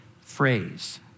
phrase